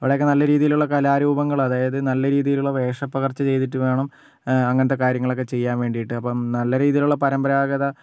അവിടെയൊക്കേ നല്ല രീതിയിലുള്ള കലാരൂപങ്ങള് അതായത് നല്ല രീതിയിലുള്ള വേഷ പകർച്ച ചെയ്തിട്ട് വേണം അങ്ങനത്തേ കാര്യങ്ങൾ ഒക്കേ ചെയ്യാൻ വേണ്ടിയിട്ട് അപ്പം നല്ല രീതിയിലുള്ള പരമ്പരാഗത